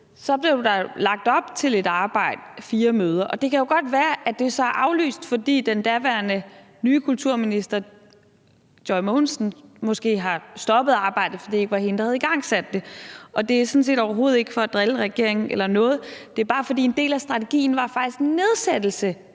blev der lagt op til et arbejde med fire møder, og det kan jo godt være, at det så er aflyst, fordi den daværende nye kulturminister, Joy Mogensen, måske har stoppet arbejdet, fordi det ikke var hende, der havde igangsat det. Det er sådan set overhovedet ikke for at drille regeringen eller noget, det er bare, fordi en del af strategien faktisk var nedsættelse